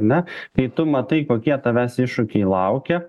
na kai tu matai kokie tavęs iššūkiai laukia